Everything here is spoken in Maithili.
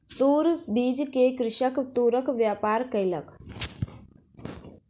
तूर बीछ के कृषक तूरक व्यापार केलक